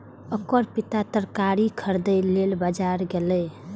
ओकर पिता तरकारी खरीदै लेल बाजार गेलैए